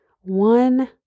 one